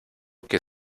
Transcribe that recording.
que